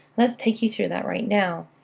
let's take you through that right now.